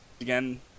Again